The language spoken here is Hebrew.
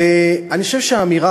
ואני חושב שהאמירה